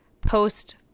post